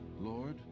lord